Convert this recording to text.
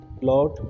lord